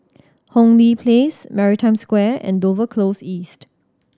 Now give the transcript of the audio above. Hong Lee Place Maritime Square and Dover Close East